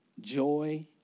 joy